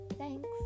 Thanks